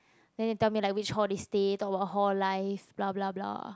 then it tell me like which hall they stay talk about hall life bla bla bla